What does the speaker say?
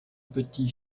petit